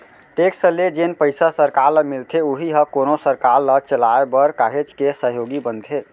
tax ले जेन पइसा सरकार ल मिलथे उही ह कोनो सरकार ल चलाय बर काहेच के सहयोगी बनथे